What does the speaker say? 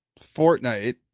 Fortnite